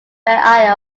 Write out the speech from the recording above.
fair